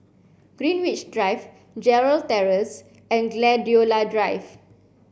Greenwich Drive Gerald Terrace and Gladiola Drive